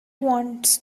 wants